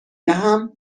دهم